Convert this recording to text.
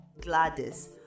Gladys